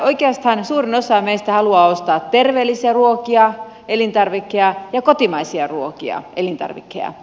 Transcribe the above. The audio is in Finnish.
oikeastaan suurin osa meistä haluaa ostaa terveellisiä ruokia ja elintarvikkeita ja kotimaisia ruokia ja elintarvikkeita